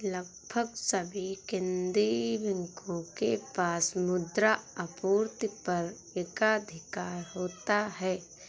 लगभग सभी केंदीय बैंकों के पास मुद्रा आपूर्ति पर एकाधिकार होता है